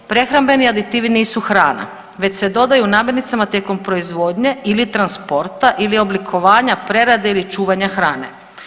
Prehrambeni aditivi nisu hrana već se dodaju namirnicama tijekom proizvodnje ili transporta ili oblikovanja, prerade ili čuvanja hrane.